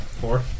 Four